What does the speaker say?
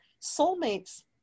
soulmates